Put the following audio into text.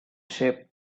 ship